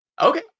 Okay